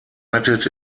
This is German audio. united